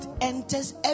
enters